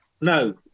No